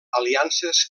aliances